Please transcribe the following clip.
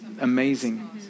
amazing